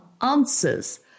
answers